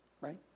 right